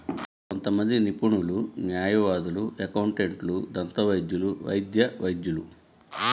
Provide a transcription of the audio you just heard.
కొంతమంది నిపుణులు, న్యాయవాదులు, అకౌంటెంట్లు, దంతవైద్యులు, వైద్య వైద్యులు